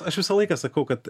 aš visą laiką sakau kad